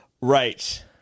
Right